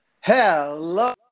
hello